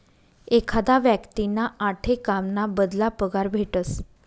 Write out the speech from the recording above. एखादा व्यक्तींना आठे काम ना बदला पगार भेटस